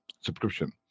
subscription